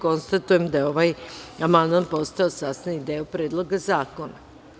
Konstatujem da je ovaj amandman postao sastavni deo Predloga zakona.